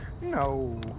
No